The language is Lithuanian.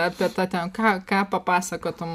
apie tą ten ką ką papasakotum